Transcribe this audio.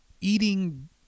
eating